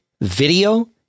video